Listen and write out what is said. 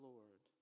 Lord